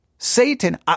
Satan